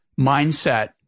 mindset